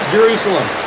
Jerusalem